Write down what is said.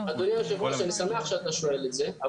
אדוני יושב הראש, אני שמח שאתה שואל את זה.